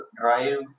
drive